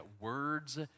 words